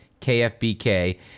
KFBK